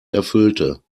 erfüllte